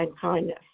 kindness